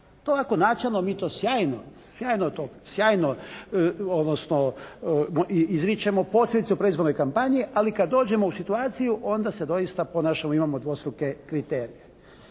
sjajno, sjajno to, odnosno izričemo posebice u predizbornoj kampanji ali kad dođemo u situaciju onda se doista ponašamo, imamo dvostruke kriterije.